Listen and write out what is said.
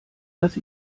dass